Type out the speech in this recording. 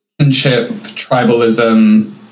tribalism